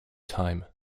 time